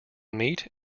meat